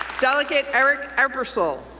delegate eric ebersole,